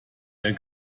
der